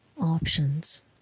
options